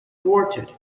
thwarted